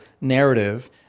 narrative